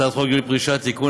הצעת חוק גיל פרישה (תיקון,